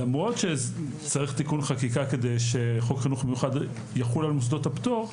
למרות שצריך תיקון חקיקה כדי שחוק חינוך מיוחד יחול על מוסדות הפטור,